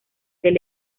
del